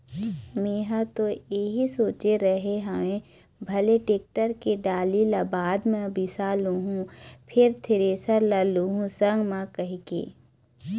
मेंहा ह तो इही सोचे रेहे हँव भले टेक्टर के टाली ल बाद म बिसा लुहूँ फेर थेरेसर ल लुहू संग म कहिके